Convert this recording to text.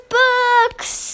books